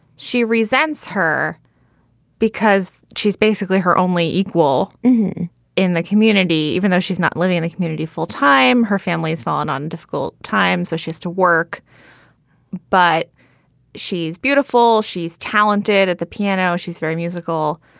she resents her because she's basically her only equal in the community, even though she's not living in a community full time. her family's fallen on difficult times, so she has to work but she's beautiful. she's talented at the piano. she's very musical.